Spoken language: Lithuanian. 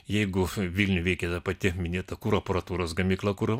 jeigu vilniuj veikia ta pati minėta kuro aparatūros gamykla kur